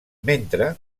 mentre